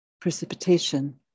precipitation